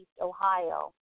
Ohio